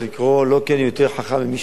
לא כי אני יותר חכם ממישהו אחר,